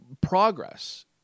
progress